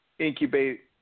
incubate